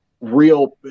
real